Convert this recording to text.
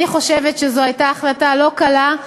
אני חושבת שזו הייתה החלטה לא קלה,